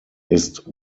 ist